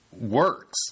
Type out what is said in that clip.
works